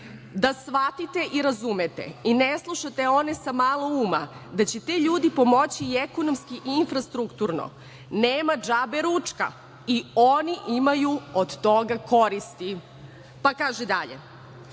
„Da shvatite i razumete i ne slušate one sa malo uma da će ti ljudi pomoći i ekonomski i infrastrukturno nema džabe ručka i oni imaju od toga koristi, pa kaže dalje